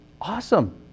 Awesome